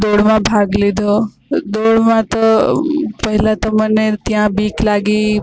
દોડમાં ભાગ લીધો દોડમાં તો પહેલાં તો મને ત્યાં બીક લાગી